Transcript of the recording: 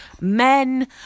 men